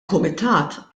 kumitat